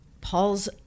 Paul's